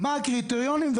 מה הקריטריונים?